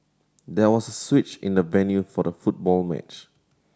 there was a switch in the venue for the football match